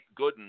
Gooden